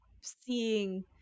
seeing